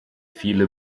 viele